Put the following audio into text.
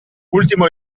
ultimo